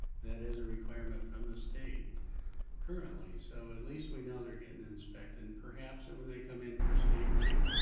that is a requirement from the state currently. so at least we know they're getting inspected and perhaps when they come in for state money,